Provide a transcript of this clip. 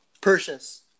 purchase